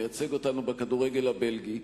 מייצג אותנו בכדורגל הבלגי,